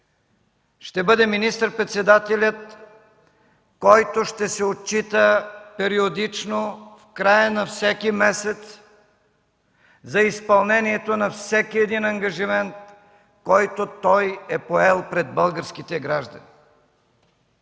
Ще бъде министър-председателят, който ще се отчита периодично в края на всеки месец за изпълнението на всеки един ангажимент, който той е поел пред българските граждани.